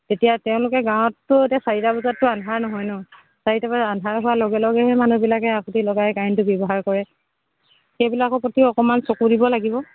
এতিয়া তেওঁলোকে গাঁৱতটো এতিয়া চাৰিটা বজাততো আন্ধাৰ নহয় ন চাৰিটা বজাত আন্ধাৰ হোৱাৰ লগে লগেহে মানুহবিলাকে হাঁকুতি লগাই কাৰেণ্টটো ব্যৱহাৰ কৰে সেইবিলাকৰ প্ৰতিও অকণমান চকু দিব লাগিব